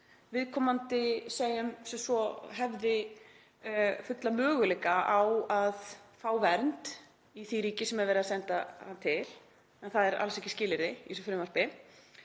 viðkomandi hefði fulla möguleika á að fá vernd í því ríki sem er verið að senda hann til, en það er alls ekki skilyrði í þessu frumvarpi,